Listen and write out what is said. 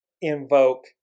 invoke